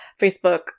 Facebook